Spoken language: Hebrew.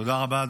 תודה רבה.